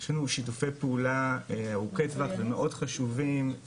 יש לנו שיתופי פעולה ארוכי טווח ומאוד חשובים,